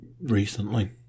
recently